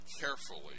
carefully